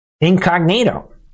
incognito